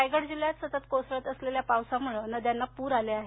रायगड जिल्ह्यात सतत कोसळत असलेल्या पावसामुळे जिल्हयातील नद्यांना पूर आले आहेत